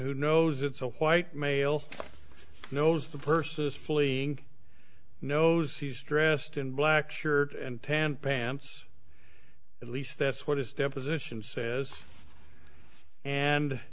who knows it's a white male knows the person is fleeing knows he's dressed in black shirt and tan pants at least that's what his deposition says and